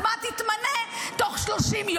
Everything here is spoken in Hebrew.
אבל בחוק כתוב שהוועדה עצמה תתמנה תוך 30 יום.